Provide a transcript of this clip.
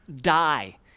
die